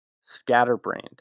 scatterbrained